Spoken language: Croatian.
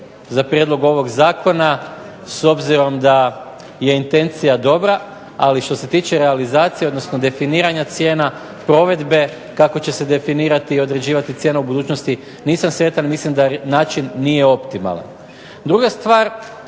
za prijedlog ovog Zakona s obzirom da je intencija dobra. Ali što se tiče realizacije, odnosno definiranja cijena provedbe kako će se definirati i određivati cijena u budućnosti nisam sretan. Mislim da način nije optimalan. Druga stvar.